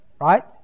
right